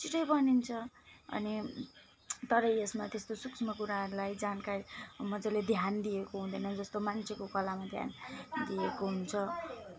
छिटै बनिन्छ अनि तर यसमा त्यस्तो सूक्ष्म कुराहरूलाई जानकारी मजाले ध्यान दिएको हँदैन जस्तो मान्छेको कलामा ध्यान दिएको हुन्छ